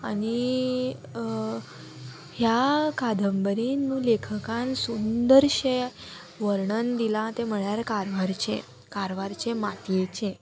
आनी ह्या कादंबरीन लेखकान सुंदरशें वर्णन दिलां तें म्हळ्यार कारवारचें कारवारचें मातयेचें